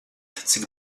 cik